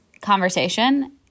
conversation